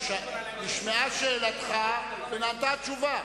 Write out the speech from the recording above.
נשמעה שאלתך ונענתה התשובה.